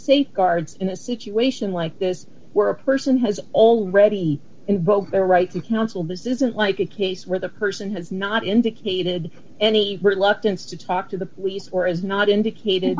safeguards in a situation like this where a person has already invoked their right to counsel this isn't like a case where the person has not indicated any reluctance to talk to the police or is not indicated